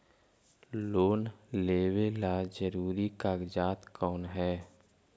Loan लेब ला जरूरी कागजात कोन है?